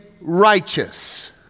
righteous